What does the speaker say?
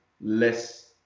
less